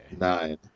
Nine